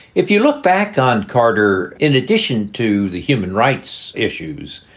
if you look back on carter, in addition to the human rights issues,